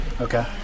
Okay